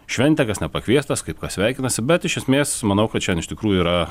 šventę kas nepakviestas kaip kas sveikinasi bet iš esmės manau kad šian iš tikrųjų yra